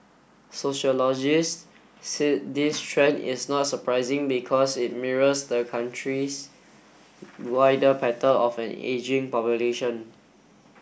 Sociologists said this trend is not surprising because it mirrors the country's wider pattern of an ageing population